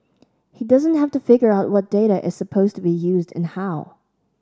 he doesn't have to figure out what data is supposed to be used and how